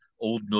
old